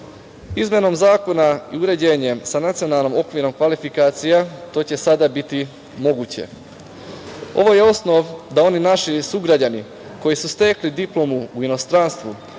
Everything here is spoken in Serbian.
diplomu. Izmenom zakona i uređenjem sa nacionalnim okvirom kvalifikacija to će sada biti moguće. Ovaj osnov da oni naši sugrađani koji su stekli diplomu u inostranstvu,